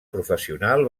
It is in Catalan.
professional